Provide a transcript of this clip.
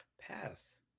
Pass